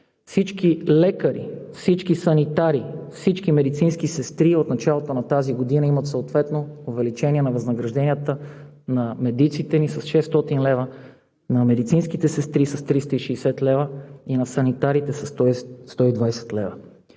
Всички лекари, всички санитари, всички медицински сестри от началото на тази година имат съответно увеличение на възнагражденията на медиците ни с 600 лв., на медицинските сестри с 360 лв., и на санитарите със 120 лв.